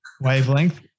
wavelength